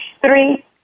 three